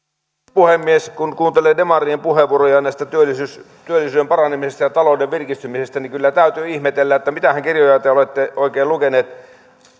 puhemies kun kuuntelee demarien puheenvuoroja näistä työllisyyden paranemisista ja talouden virkistymisistä niin kyllä täytyy ihmetellä mitähän kirjoja te olette oikein lukeneet